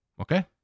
Okay